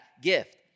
gift